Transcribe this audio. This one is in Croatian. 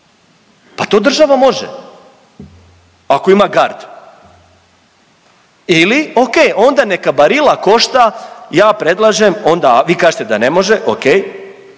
Pa to država može ako ima gard ili okej onda neka Barilla košta ja predlažem onda, vi kažete da ne može, okej,